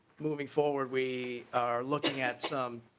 moving forward we are looking at some.